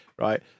Right